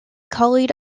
khalid